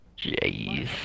Jeez